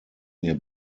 mir